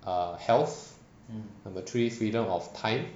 err health number three freedom of time